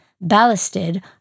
ballasted